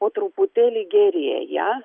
po truputėlį gerėja